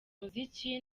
muziki